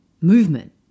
movement